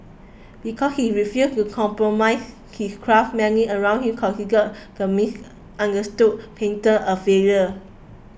because he refused to compromise his craft many around him considered the misunderstood painter a failure